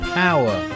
power